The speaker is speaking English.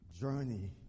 journey